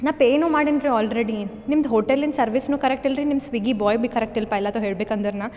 ನಾ ಪೇನು ಮಾಡೆನ್ರಿ ಆಲ್ರೆಡಿ ನಿಮ್ದು ಹೋಟೆಲಿನ ಸರ್ವಿಸ್ನು ಕರೆಕ್ಟ್ ಇಲ್ರಿ ನಿಮ್ಮ ಸ್ವಿಗ್ಗಿ ಬೊಯ್ ಬಿ ಕರೆಕ್ಟ್ ಇಲ್ಲ ಪೈಲತೋ ಹೇಳ್ಬೇಕಂದ್ರನ